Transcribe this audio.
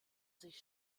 sich